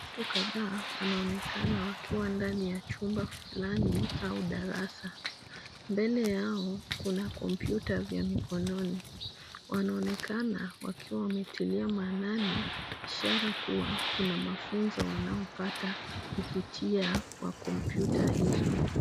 Watu kadhaa wanaonekana wakiwa ndani ya chumba fulani au darasa. Mbele yao kuna kompyuta vya mikononi, wanaonekana wakiwa wametilia maanani, ishara kuwa kuna mafuzo wanaopata kupitia kwa kompyuta hizo.